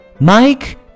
Mike